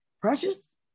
precious